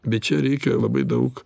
bet čia reikia labai daug